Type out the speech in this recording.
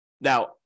Now